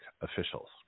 officials –